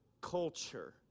culture